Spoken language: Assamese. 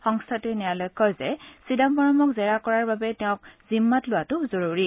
সংস্থাটোৱে ন্যায়ালয়ক কয় যে চিদাম্বৰমক জেৰা কৰাৰ বাবে তেওঁক জিম্মাত লোৱাটো জৰুৰী